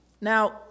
Now